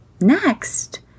Next